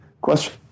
question